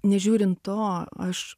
nežiūrint to aš